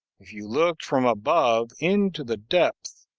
if you looked from above into the depth,